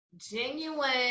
Genuine